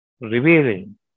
revealing